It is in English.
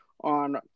on